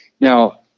Now